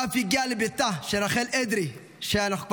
הוא אף הגיע לביתה של רחל אדרי, שאנחנו מכירים,